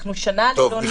אנחנו שנה ללא נוהל.